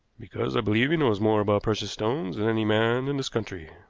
because i believe he knows more about precious stones than any man in this country.